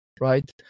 right